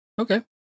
okay